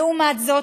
לעומת זאת,